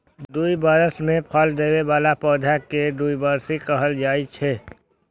दू बरस मे फल दै बला पौधा कें द्विवार्षिक कहल जाइ छै